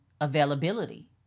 availability